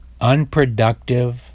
unproductive